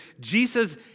Jesus